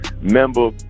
member